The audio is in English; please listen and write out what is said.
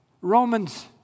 Romans